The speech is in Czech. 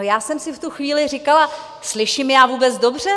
Já jsem si v tu chvíli říkala, slyším já vůbec dobře?